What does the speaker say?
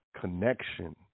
connection